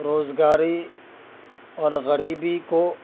روزگاری اور غریبی کو